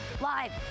live